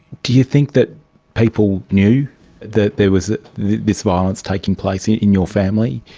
do you think that people knew that there was this violence taking place in in your family?